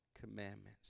commandments